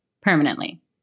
permanently